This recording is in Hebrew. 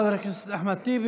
חבר הכנסת אחמד טיבי.